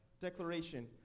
Declaration